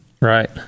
right